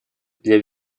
для